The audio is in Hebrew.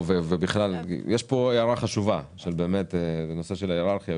יש פה הערה חשובה בנושא של היררכיה.